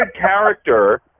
character